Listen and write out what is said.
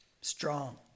strong